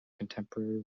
contemporary